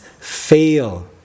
fail